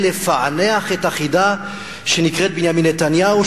לפענח את החידה שנקראת בנימין נתניהו.